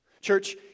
Church